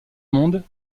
monde